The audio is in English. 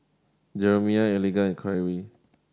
Jeremie Eliga and Kyree